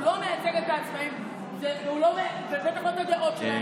הוא לא מייצג את העצמאים ובטח לא את הדעות שלהם.